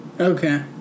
Okay